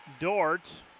Dort